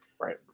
Right